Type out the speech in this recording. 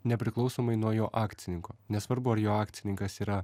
nepriklausomai nuo jo akcininko nesvarbu ar jo akcininkas yra